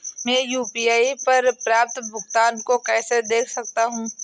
मैं यू.पी.आई पर प्राप्त भुगतान को कैसे देख सकता हूं?